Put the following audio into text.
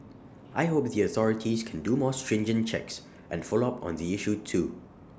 I hope the authorities can do more stringent checks and follow up on the issue too